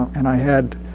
and i had